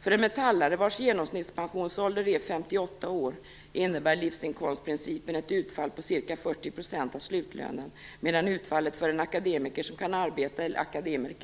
För en metallare, vars genomsnittspensionsålder är 58 år, innebär livsinkomstprincipen ett utfall på 40 % av slutlönen, medan utfallet för en akademiker